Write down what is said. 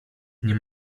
nie